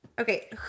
Okay